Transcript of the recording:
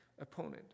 opponent